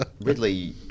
Ridley